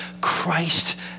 Christ